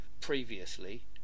previously